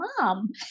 mom